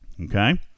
Okay